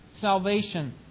salvation